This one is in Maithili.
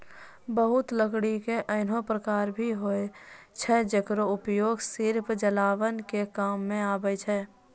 बहुत लकड़ी के ऐन्हों प्रकार भी छै जेकरो उपयोग सिर्फ जलावन के काम मॅ आवै छै